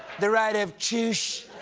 the right of chooshe